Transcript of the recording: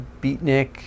beatnik